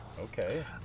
okay